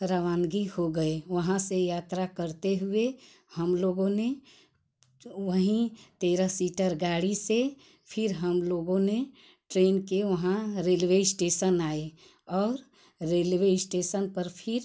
रवानगी हो गए वहाँ से यात्रा करते हुए हम लोगों ने वहीं तेरह सीटर गाड़ी से फिर हम लोगों ने ट्रेन के वहाँ रेलवे इस्टेसन आएँ और रेलवे इस्टेसन पर फिर